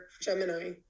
Gemini